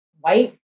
white